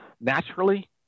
naturally